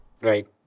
right